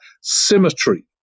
symmetry